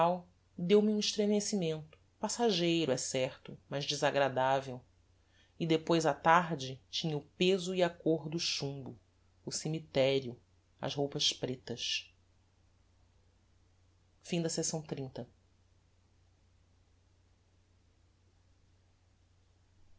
deu-me um estremecimento passageiro é certo mas desagradavel e depois a tarde tinha o peso e a côr do chumbo o cemiterio as roupas pretas capitulo cli